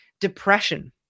depression